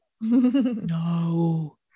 no